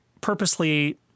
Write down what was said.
purposely